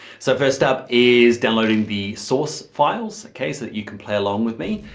so first up, is downloading the source files, okay, so you could play along with me.